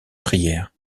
prière